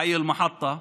חי אל-מחטה.